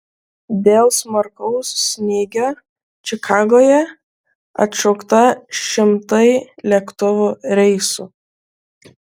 dėl smarkaus snygio čikagoje atšaukta šimtai lėktuvų reisų